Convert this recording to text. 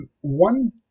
one